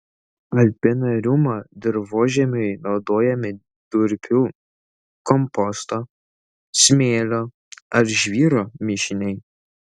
alpinariumo dirvožemiui naudojami durpių komposto smėlio ar žvyro mišiniai